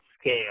scale